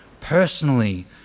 personally